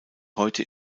heute